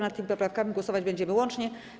Nad tymi poprawkami głosować będziemy łącznie.